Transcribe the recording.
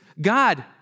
God